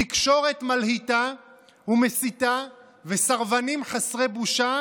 תקשורת מלהיטה ומסיתה וסרבנים חסרי בושה